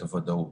את הוודאות.